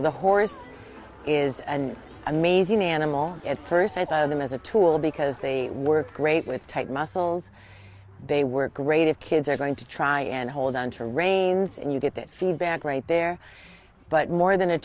the horse is an amazing animal at first i thought of them as a tool because they work great with tight muscles they work great if kids are going to try and hold on to reins and you get that feedback right there but more than a